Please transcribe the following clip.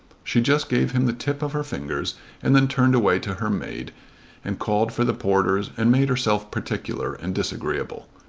she just gave him the tip of her fingers and then turned away to her maid and called for the porters and made herself particular and disagreeable.